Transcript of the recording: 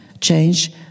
change